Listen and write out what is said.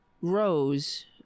rose